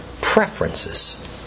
preferences